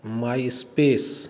my space